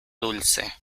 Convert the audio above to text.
dulce